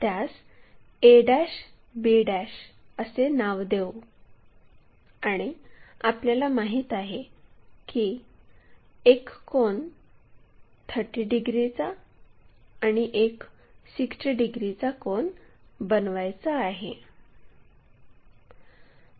त्यास a b असे नाव देऊ आणि आपल्याला माहित आहे की एक कोन 30 डिग्रीचा आणि एक 60 डिग्रीचा कोन बनवायचा आहे